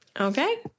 Okay